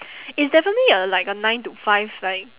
it's definitely a like a nine to five like